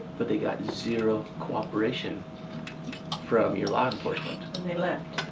but they got zero cooperation from your law enforcement. and they left.